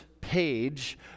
page